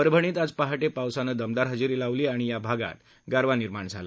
परभणीत आज पहाटे पावसाने दमदार हजेरी लावली आणि या भागात गारवा निर्माण झाला